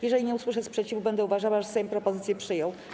Jeżeli nie usłyszę sprzeciwu, będę uważała, że Sejm propozycję przyjął.